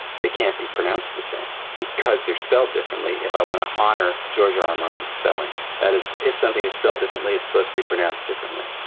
they can't be pronounced the same, because they're spelled differently, if i want to honour george r r. martin's spellings, that is if something is spelled differently it's supposed to be pronounced differently.